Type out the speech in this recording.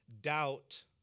doubt